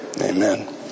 Amen